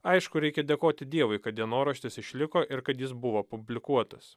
aišku reikia dėkoti dievui kad dienoraštis išliko ir kad jis buvo publikuotas